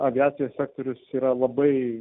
aviacijos sektorius yra labai